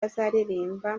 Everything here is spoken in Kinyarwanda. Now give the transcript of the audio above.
azaririmba